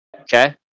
Okay